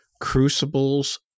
Crucibles